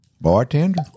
Bartender